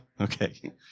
Okay